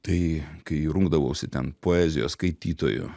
tai kai rungdavausi ten poezijos skaitytojų